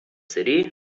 city